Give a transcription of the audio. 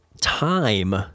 time